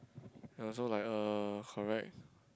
I also like uh correct